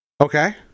Okay